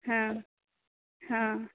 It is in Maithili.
हँ हँ